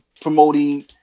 promoting